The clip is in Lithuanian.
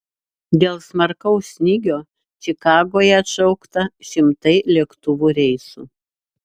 dėl smarkaus snygio čikagoje atšaukta šimtai lėktuvų reisų